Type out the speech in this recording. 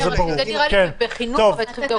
אנחנו צריכים להבין שאם נתחיל לגעת